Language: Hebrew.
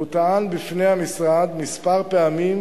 הוא טען בפני המשרד כמה פעמים